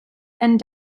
and